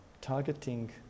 targeting